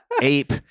ape